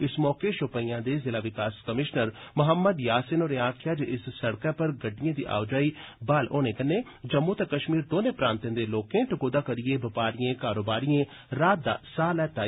इस मौके शोपियां दे जिला विकास कमिशनर मोहम्मद यासिन होरें आक्खेआ जे इस सड़कै पर गडि्डए दी आओजाई बहाल होने कन्नै जम्मू ते कश्मीर दौनें प्रांतें दे लोकं टकोह्दा करिए बपारिए कारोबारिए राहत दा साह लैता ऐ